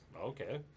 okay